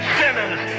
sinners